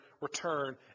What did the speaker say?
return